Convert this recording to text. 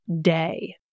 day